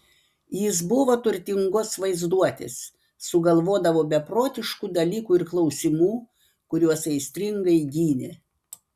jis buvo turtingos vaizduotės sugalvodavo beprotiškų dalykų ir klausimų kuriuos aistringai gynė